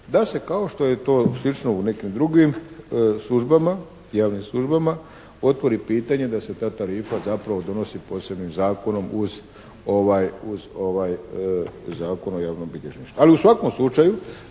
da se, kao što je to slično u nekim drugim službama, javnim službama, otvori pitanje da se ta tarifa zapravo donosi posebnim zakonom uz ovaj Zakon o javnom bilježništvu. Ali u svakom slučaju,